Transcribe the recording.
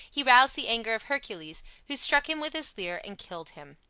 he roused the anger of hercules, who struck him with his lyre and killed him.